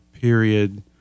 period